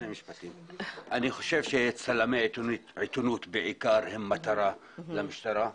אני חושב שצלמי עיתונות בעיקר הם מטרה למשטרה,